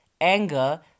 anger